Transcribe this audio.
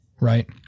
right